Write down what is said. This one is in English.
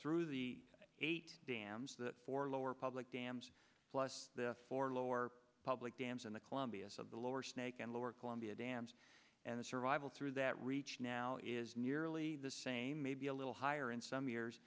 through the eight dams that for lower public dams for lower public dams in the columbia so the lower snake and lower columbia dams and the survival through that reach now is nearly the same maybe a little higher in some years